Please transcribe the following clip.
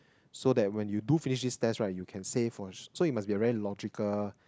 so that when you do finish this tests right you can say for so you must be a very logical